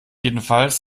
jedenfalls